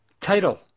Title